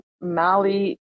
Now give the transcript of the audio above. Mali